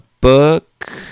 book